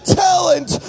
talent